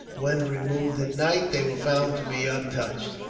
when removed at night, they were found to be untouched.